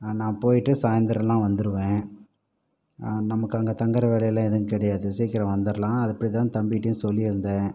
நான் போயிட்டு சாயந்தரம்லாம் வந்துருவேன் நமக்கு அங்கே தங்கிற வேலையெல்லாம் எதுவும் கிடையாது சீக்கிரம் வந்துரலாம் அப்படிதான் தம்பிகிட்டையும் சொல்லியிருந்தேன்